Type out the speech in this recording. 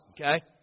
okay